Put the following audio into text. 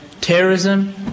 Terrorism